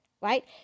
right